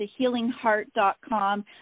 TheHealingHeart.com